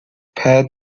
pet